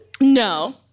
No